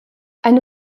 eine